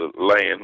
land